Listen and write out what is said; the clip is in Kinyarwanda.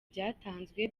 byatanzwe